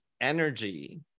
energy